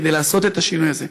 כדי לעשות את השינוי הזה,